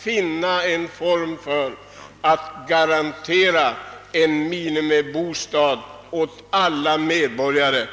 finna former för att garantera en minimibostad åt varje medborgare.